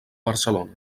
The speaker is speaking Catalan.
barcelona